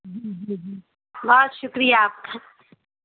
بہت شکریہ آپ کھا